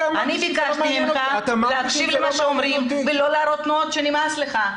אני ביקשתי ממך להקשיב למה שאומרים ולא להראות תנועות כאילו נמאס לך.